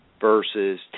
versus